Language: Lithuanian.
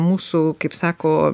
mūsų kaip sako